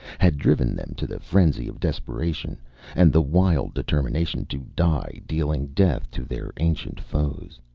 had driven them to the frenzy of desperation and the wild determination to die dealing death to their ancient foes.